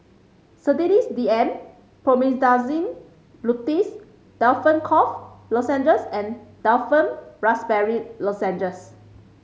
Sedilix D M Promethazine Linctus Difflam Cough Lozenges and Difflam Raspberry Lozenges